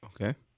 Okay